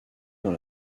dans